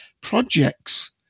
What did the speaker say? projects